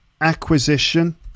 acquisition